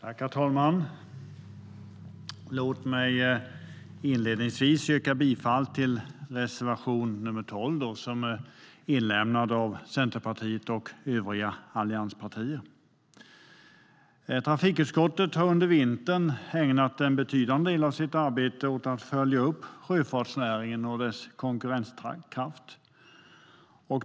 Herr talman! Låt mig inledningsvis yrka bifall till reservation nr 2 av Centerpartiet och övriga allianspartier. Trafikutskottet har under vintern ägnat en betydande del av sitt arbete åt att följa upp sjöfartsnäringens konkurrenskraft.